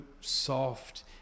soft